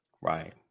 right